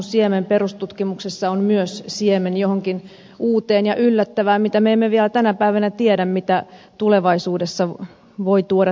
perustutkimuksessa on myös siemen johonkin uuteen ja yllättävään mitä me emme vielä tänä päivänä tiedä mitä tulevaisuus voi tuoda tullessaan